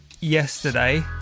yesterday